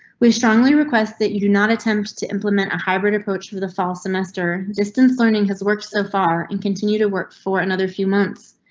we strongly request that you do not attempt to implement a hybrid approach for the fall semester. distance learning has worked so far and continue to work for another few months.